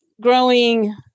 growing